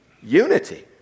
unity